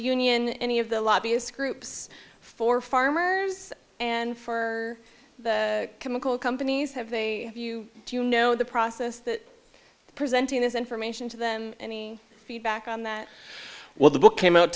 union any of the lobbyist groups for farmers and for the chemical companies have they you do you know the process that presenting this information to them any feedback on that well the book came out